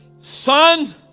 Son